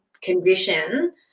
condition